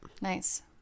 Nice